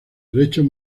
derechos